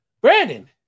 Brandon